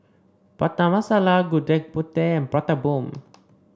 Prata Masala Gudeg Putih and Prata Bomb